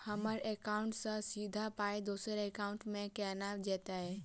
हम्मर एकाउन्ट सँ सीधा पाई दोसर एकाउंट मे केना जेतय?